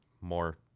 more